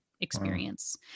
experience